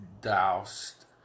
doused